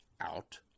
out